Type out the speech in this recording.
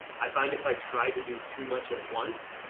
i find if i tried to do too much at once,